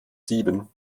sieben